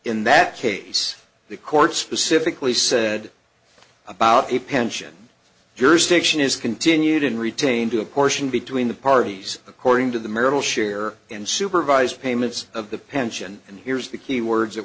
in that case the court specifically said about a pension jurisdiction is continued in retained to apportion between the parties according to the marital share and supervised payments of the pension and here's the key words that